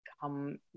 come